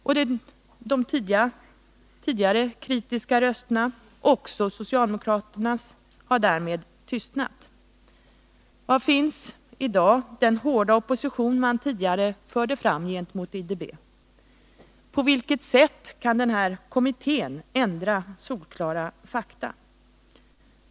Och de tidigare kritiska rösterna, också socialdemokraternas, har därmed tystnat. Var finns i dag den tidigare så hårda oppositionen mot IDB? På vilket sätt kan denna kommitté ändra solklara fakta?